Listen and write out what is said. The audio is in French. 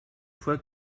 fois